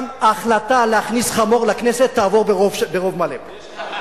גם החלטה להכניס חמור לכנסת תעבור ברוב מלא פה.